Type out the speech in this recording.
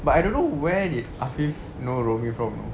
but I don't know where did afif know rumi from you know